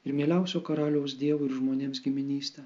ir mieliausio karaliaus dievui ir žmonėms giminystę